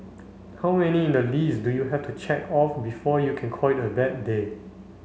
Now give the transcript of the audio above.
how many in the list do you have to check off before you can call it a bad day